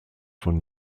von